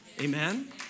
Amen